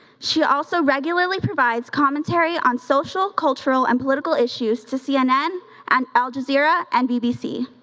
she also regularly provides commentary on social, cultural and political issues to cnn and al jazeera and bbc.